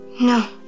No